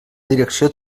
direcció